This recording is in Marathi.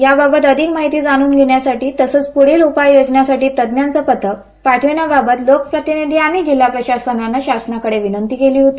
याबाबत अधिक माहिती जाणून घेण्यासाठी तसचं पुढील उपाय योजण्यासाठी तज्ज्ञांचं पथक पाठविण्याबाबत लोकप्रतिनिधी आणि जिल्हा प्रशासनानं शासनाकडे विनंती केली होती